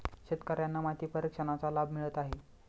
शेतकर्यांना माती परीक्षणाचा लाभ मिळत आहे